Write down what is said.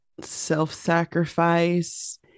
self-sacrifice